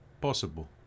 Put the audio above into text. possible